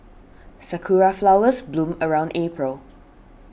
sakura flowers bloom around April